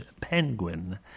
penguin